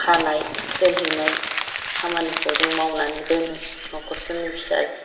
खानाय दोनहैनाय खामानिखौ जों मावनानै दोनो न'खरफोरनि फिसा